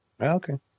Okay